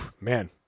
Man